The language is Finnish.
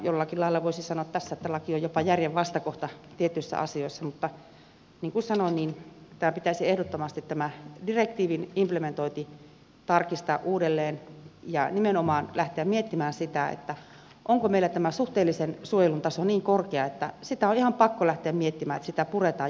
jollakin lailla voisi sanoa tässä että laki on jopa järjen vastakohta tietyissä asioissa mutta niin kuin sanoin tämä direktiivin implementointi pitäisi ehdottomasti tarkistaa uudelleen ja nimenomaan lähteä miettimään sitä onko meillä suhteellisen suojelun taso niin korkea että on ihan pakko lähteä miettimään että sitä puretaan jossakin vaiheessa